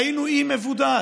כשהיינו אי מבודד,